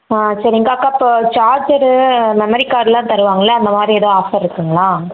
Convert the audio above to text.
ஆ சரிங்க்கா அக்கா இப்போ சார்ஜரு மெமரி கார்டெலாம் தருவாங்கல்ல அந்தமாதிரி எதுவும் ஆஃபர் இருக்குதுங்களா